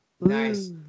Nice